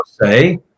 say